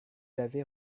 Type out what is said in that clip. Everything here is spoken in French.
l’avez